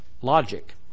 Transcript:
logic